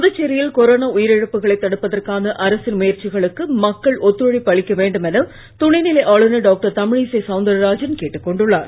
புதுச்சேரியில் கொரோனா உயிரிழப்புகளை தடுப்பதற்கான அரசின் முயற்சிகளுக்கு மக்கள் ஒத்துழைப்பு அளிக்க வேண்டும் என துணைநிலை ஆளுநர் டாக்டர் தமிழிசை சவுந்தரராஜன் கேட்டுக் கொண்டுள்ளார்